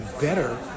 better